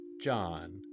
John